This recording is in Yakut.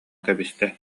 кэбистэ